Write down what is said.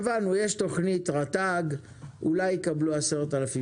הבנו, יש תוכנית רט"ג, אולי יקבלו 10,000 ₪.